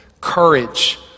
courage